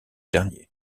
dernier